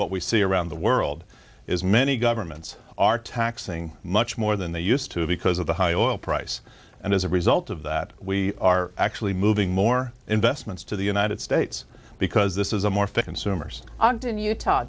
what we see around the world is many governments are taxing much more than they used to because of the high oil price and as a result of that we are actually moving more investments to the united states because this is a more